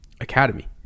Academy